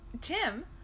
Tim